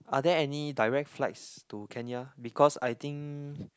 are there any direct flights to Kenya because I think